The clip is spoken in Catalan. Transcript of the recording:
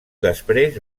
després